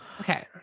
Okay